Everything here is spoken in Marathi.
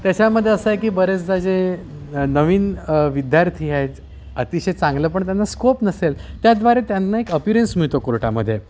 त्याच्यामध्ये असं आहे की बरेचदा जे नवीन विद्यार्थी आहेत अतिशय चांगलं पण त्यांना स्कोप नसेल त्याद्वारे त्यांना एक अपिरन्स मिळतो कोर्टामध्ये